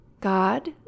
God